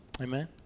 Amen